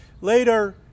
Later